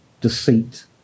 deceit